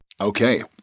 Okay